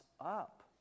up